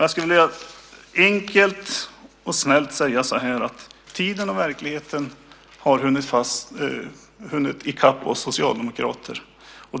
Jag skulle enkelt och snällt vilja säga: Tiden och verkligheten har hunnit i kapp oss socialdemokrater.